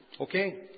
Okay